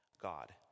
God